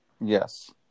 yes